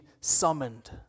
summoned